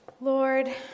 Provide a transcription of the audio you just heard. Lord